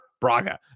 Braga